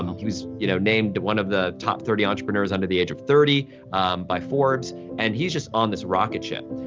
he was you know named one of the top thirty entrepreneurs under the age of thirty by forbes and he's just on this rocket ship.